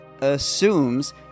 assumes